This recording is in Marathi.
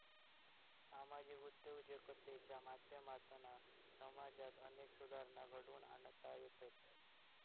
सामाजिक उद्योजकतेच्या माध्यमातना समाजात अनेक सुधारणा घडवुन आणता येतत